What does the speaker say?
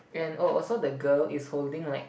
and oh also the girl is holding like